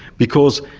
because